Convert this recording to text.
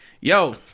Yo